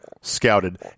scouted